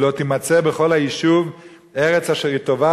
כי לא תמצא בכל היישוב ארץ אשר היא טובה